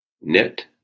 Net